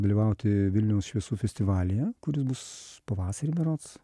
dalyvauti vilniaus šviesų festivalyje kuris bus pavasarį berods